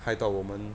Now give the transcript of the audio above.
害到我们